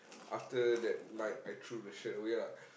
after that night I threw the shirt away ah